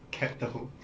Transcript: kettle who